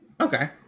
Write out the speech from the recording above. okay